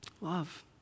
Love